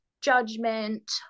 judgment